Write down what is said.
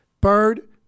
Bird